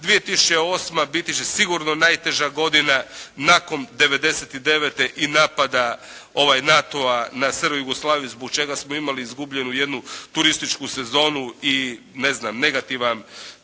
2008. biti će sigurno najteža godina nakon 99. i napada NATO-a na SRJ Jugoslaviju zbog čega smo imali izgubljenu jednu turističku sezonu i znam negativan